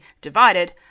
divided